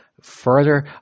further